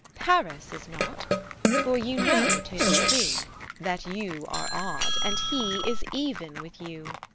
paris is not for you know tis true that you are odd, and he is even with you.